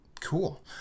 Cool